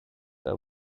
are